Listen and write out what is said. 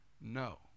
No